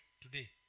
today